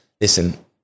listen